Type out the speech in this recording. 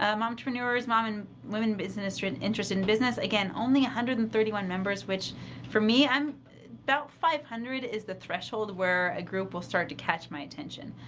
ah momtrepreneurs mom and women business or an interested in business again, only one ah hundred and thirty one members which for me, i'm about five hundred is the threshold where a group will start to catch my attention.